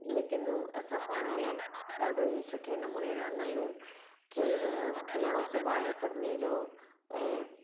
लेकिन असां पाण में ॾाढो ई सुठे नमूने रहंदा आहियूं खिल खिलणो सुभाउ आहे सभिनी जो ऐं